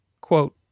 Quote